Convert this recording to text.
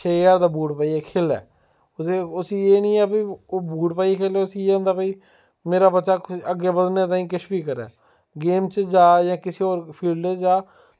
छे ज्हार दा बूट पाइयै खेढै उस्सी एह् निं ऐ भाई ओह् बूट पाइयै खेढै उस्सी एह् होंदा कि मेरा बच्चा अग्गें बधनै ताईं किश बी करै गेम च जा जां किसै होर फिल्ड च जा